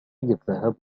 الذهاب